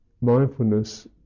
mindfulness